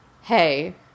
Hey